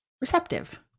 receptive